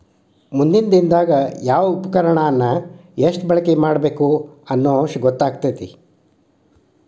ಮುಂದಿನ ದಿನದಾಗ ಯಾವ ಉಪಕರಣಾನ ಎಷ್ಟ ಬಳಕೆ ಮಾಡಬೇಕ ಅನ್ನು ಅಂಶ ಗೊತ್ತಕ್ಕತಿ